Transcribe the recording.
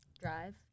drive